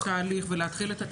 את התהליך ולהתחיל את התהליך.